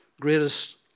greatest